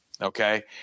Okay